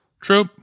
true